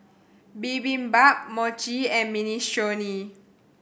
Bibimbap Mochi and Minestrone